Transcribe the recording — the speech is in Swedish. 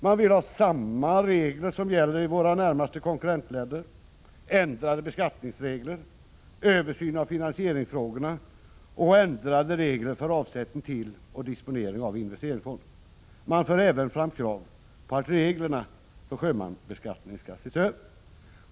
Man vill ha regler som gäller i våra närmaste konkurrentländer, ändrade beskattningsregler, översyn av finansieringsfrågorna och ändrade regler för avsättning till och disponering av investeringsfonder. Man för även fram krav på att reglerna för sjömansbeskattningen skall ses över.